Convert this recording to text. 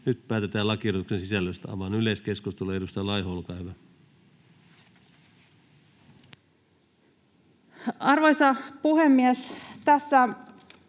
Nyt päätetään lakiehdotuksen sisällöstä. — Avaan yleiskeskustelun. Edustaja Laiho, olkaa hyvä. Arvoisa puhemies! Tässä